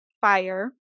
fire